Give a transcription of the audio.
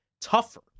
tougher